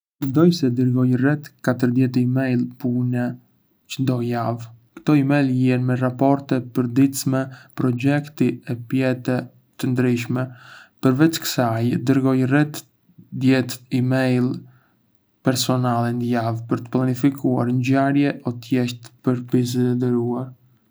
Mendoj se dërgoj rreth dizet email pune çdo javë. ktò email lien me raporte, përditësime projekti e pyetje të ndryshme. Përveç kësaj, dërgoj rreth dhjet email personale ndë javë për të planifikuar ngjarje o thjesht për të biseduar.